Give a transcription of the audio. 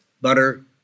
Butter